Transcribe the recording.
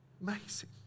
Amazing